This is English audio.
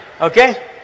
okay